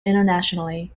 internationally